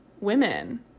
women